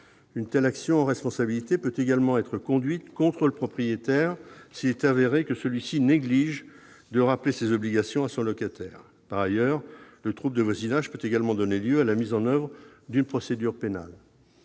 Une telle action en responsabilité peut également être conduite contre le propriétaire s'il est avéré que celui-ci néglige de rappeler ses obligations à son locataire. Par ailleurs, le trouble de voisinage peut également donner lieu à la mise en oeuvre d'une procédure pénale.